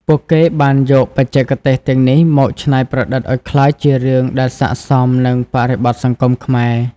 ពួកគេបានយកបច្ចេកទេសទាំងនេះមកច្នៃប្រឌិតឲ្យក្លាយជារឿងដែលស័ក្តិសមនឹងបរិបទសង្គមខ្មែរ។